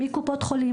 מקופות חולים,